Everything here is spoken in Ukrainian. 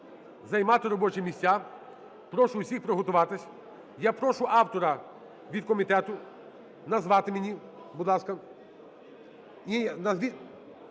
займати робочі місця. Прошу всіх приготуватись. Я прошу автора від комітету назвати мені, будь ласка…